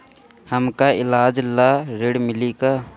हमका ईलाज ला ऋण मिली का?